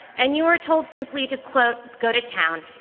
and you are told simply to quote, go to town.